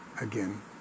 again